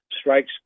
strikes